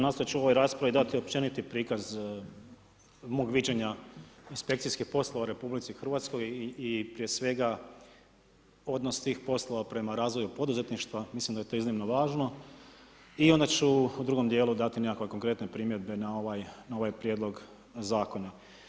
Nastojat ću u ovoj raspravi dati općeniti prikaz mog viđenja inspekcijskih poslova u RH i prije svega odnos tih poslova prema razvoju poduzetništva, mislim da je to iznimno važno i onda ću u drugom djelu dati nekakve konkretne primjedbe na ovaj prijedlog zakona.